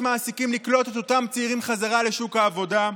מעסיקים לקלוט את אותם צעירים חזרה לשוק העבודה.